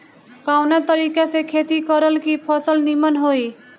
कवना तरीका से खेती करल की फसल नीमन होई?